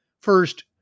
First